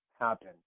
happen